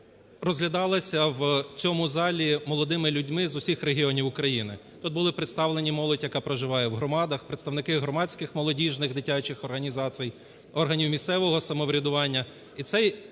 розглядалась в цьому залі молодими людьми з усіх регіонів України. Тут була представлена молодь, яка проживає в громадах, представники громадських молодіжних, дитячих організацій, органів місцевого самоврядування.